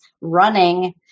running